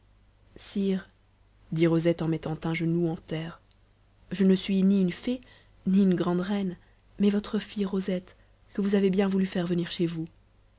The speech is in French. sire dit rosette en mettant un genou en terre je ne suis ni une fée ni une grande reine mais votre fille rosette que vous avez bien voulu faire venir chez vous